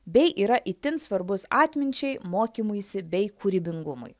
bei yra itin svarbus atminčiai mokymuisi bei kūrybingumui